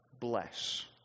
bless